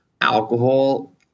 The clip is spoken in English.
alcohol